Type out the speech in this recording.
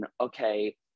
okay